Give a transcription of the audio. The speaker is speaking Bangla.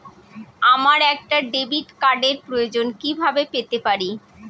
আমার একটা ডেবিট কার্ডের প্রয়োজন কিভাবে পেতে পারি?